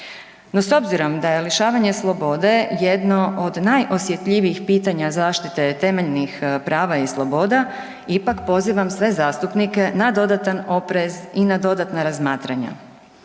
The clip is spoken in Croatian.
No s obzirom da je lišavanje slobode jedno od najosjetljivijih pitanja zaštite temeljnih prava i sloboda ipak pozivam sve zastupnike na dodatan oprez i na dodatna razmatranja.